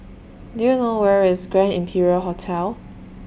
Do YOU know Where IS Grand Imperial Hotel